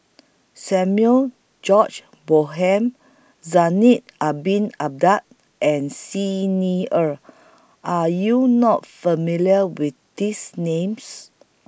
Samuel George Bonham Zainal Abidin Ahmad and Xi Ni Er Are YOU not familiar with These Names